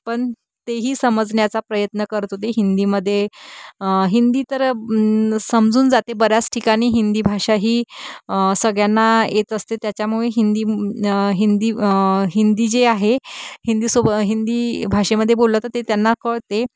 पण तेही समजण्याचा प्रयत्न करत होते हिंदीमध्ये हिंदी तर समजून जाते बऱ्याच ठिकाणी हिंदी भाषा ही सगळ्यांना येत असते त्याच्यामुळे हिंदी हिंदी हिंदी जे आहे हिंदीसोबत हिंदी भाषेमध्ये बोललं तर ते त्यांना कळते